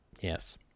Yes